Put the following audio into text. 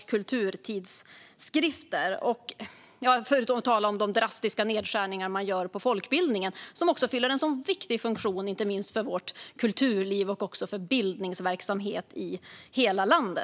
De vill minska stödet till fria scenkonstaktörer, avveckla Unga Klara och minska stödet till litteratur och kulturtidskrifter. För att inte tala om de drastiska nedskärningar de gör på folkbildningen, som fyller en så viktig funktion för inte minst vårt kulturliv och vår bildningsverksamhet i hela landet.